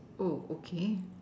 okay